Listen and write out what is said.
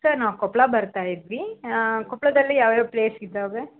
sir ನಾವು ಕೊಪ್ಪಳ ಬರ್ತಾಯಿದ್ವಿ ಕೊಪ್ಪಳದಲ್ಲಿ ಯಾವ್ಯಾವ ಪ್ಲೇಸ್ ಇದ್ದಾವೆ